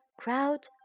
crowd